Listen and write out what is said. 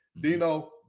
Dino